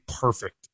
perfect